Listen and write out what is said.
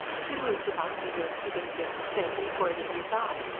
she moved about the room putting things straight, and avoiding his eye.